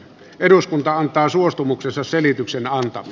eduskunta antaa suostumuksensa selityksen antaa a